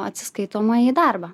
atsiskaitomąjį darbą